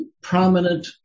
prominent